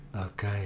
Okay